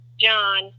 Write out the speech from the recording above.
john